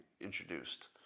introduced